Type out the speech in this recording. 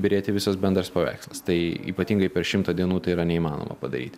byrėti visas bendras paveikslas tai ypatingai per šimtą dienų tai yra neįmanoma padaryti